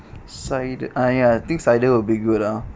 side ah ya things like that will be good ah